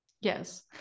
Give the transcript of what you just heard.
Yes